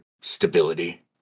stability